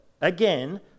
again